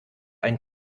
ein